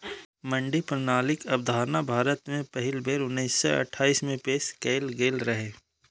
मंडी प्रणालीक अवधारणा भारत मे पहिल बेर उन्नैस सय अट्ठाइस मे पेश कैल गेल रहै